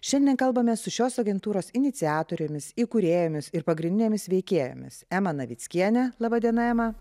šiandien kalbamės su šios agentūros iniciatorėmis įkūrėjomis ir pagrindinėmis veikėjomis ema navickiene laba diena ema